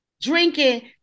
drinking